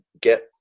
get